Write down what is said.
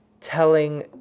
telling